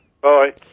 Bye